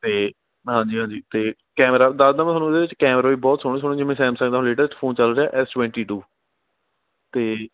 ਅਤੇ ਹਾਂਜੀ ਹਾਂਜੀ ਅਤੇ ਕੈਮਰਾ ਦੱਸਦਾ ਮੈਂ ਤੁਹਾਨੂੰ ਇਹਦੇ ਵਿੱਚ ਕੈਮਰਾ ਵੀ ਬਹੁਤ ਸੋਹਣੇ ਸੋਹਣੇ ਜਿਵੇਂ ਸੈਮਸੰਗ ਦਾ ਹੁਣ ਲੇਟੈਸਟ ਫੋਨ ਚੱਲ ਰਿਹਾ ਐੱਸ ਟਵੈਂਟੀ ਟੂ ਅਤੇ